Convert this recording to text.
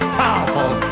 powerful